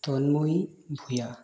Tanmoyee Bhuyan